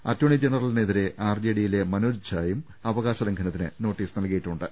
attorney ജനറലിനെതിരെ ആർജെ ഡിയിലെ മനോജ് ഝായും അവകാശ ലംഘനത്തിന് നോട്ടീസ് നൽകി യിട്ടുണ്ട്